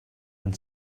and